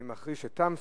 אני מכריז שתם סדר-היום.